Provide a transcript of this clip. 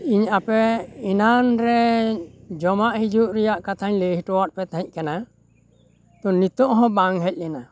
ᱤᱧ ᱟᱯᱮ ᱮᱱᱟᱱᱨᱮ ᱡᱚᱢᱟᱜ ᱦᱤᱡᱩᱜ ᱨᱮᱭᱟᱜ ᱠᱟᱛᱷᱟᱧ ᱞᱟᱹᱭ ᱦᱚᱴᱚᱣᱟᱫ ᱯᱮ ᱛᱟᱦᱮᱸᱜ ᱠᱟᱱᱟ ᱛᱚ ᱱᱤᱛᱳᱜ ᱦᱚᱸ ᱵᱟᱝ ᱦᱮᱡ ᱞᱮᱱᱟ